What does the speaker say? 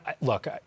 look